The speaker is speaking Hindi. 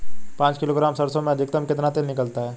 पाँच किलोग्राम सरसों में अधिकतम कितना तेल निकलता है?